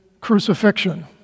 crucifixion